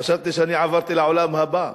חשבתי שאני עברתי לעולם הבא.